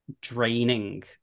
draining